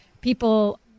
people